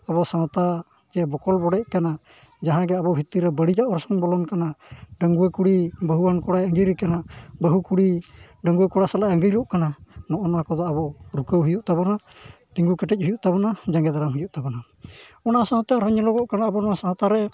ᱟᱵᱚ ᱥᱟᱶᱛᱟ ᱡᱮ ᱵᱚᱠᱚᱞ ᱵᱚᱰᱮᱜ ᱠᱟᱱᱟ ᱡᱟᱦᱟᱸᱭ ᱜᱮ ᱟᱵᱚ ᱵᱷᱤᱛᱤᱨ ᱨᱮ ᱵᱟᱹᱲᱤᱡᱚᱜ ᱚᱨᱥᱚᱝ ᱵᱚᱞᱚᱱ ᱠᱟᱱᱟ ᱰᱟᱺᱜᱩᱣᱟᱹ ᱠᱩᱲᱤ ᱵᱟᱹᱦᱩᱣᱟᱱ ᱠᱚᱲᱟᱭ ᱟᱺᱜᱤᱨᱮ ᱠᱟᱱᱟ ᱵᱟᱹᱦᱩ ᱠᱩᱲᱤ ᱰᱟᱺᱜᱩᱣᱟᱹ ᱠᱚᱲᱟ ᱥᱟᱞᱟᱜ ᱟᱺᱜᱤᱨᱚᱜ ᱠᱟᱱᱟ ᱱᱚᱜᱼᱚᱱᱟ ᱠᱚᱫᱚ ᱟᱵᱚ ᱨᱩᱠᱷᱤᱭᱟᱹᱣ ᱦᱩᱭᱩᱜ ᱛᱟᱵᱚᱱᱟ ᱛᱤᱸᱜᱩ ᱠᱮᱴᱮᱡ ᱦᱩᱭᱩᱜ ᱛᱟᱵᱚᱱᱟ ᱡᱟᱸᱜᱮ ᱫᱟᱨᱟᱢ ᱦᱩᱭᱩᱜ ᱛᱟᱵᱚᱱᱟ ᱚᱱᱟ ᱥᱟᱶᱛᱮ ᱟᱨᱦᱚ ᱧᱮᱞᱚᱜᱚᱜ ᱠᱟᱱᱟ ᱟᱵᱚ ᱥᱟᱶᱛᱟ ᱨᱮ